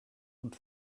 und